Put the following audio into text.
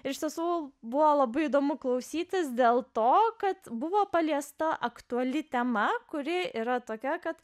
ir sesuo buvo labai įdomu klausytis dėl to kad buvo paliesta aktuali tema kuri yra tokia kad